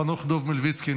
חבר הכנסת חנוך דב מלביצקי,